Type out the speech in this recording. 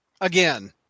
again